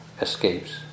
escapes